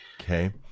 Okay